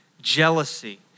jealousy